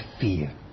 fear